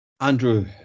andrew